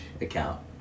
account